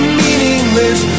meaningless